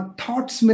thoughts